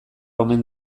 omen